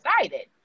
excited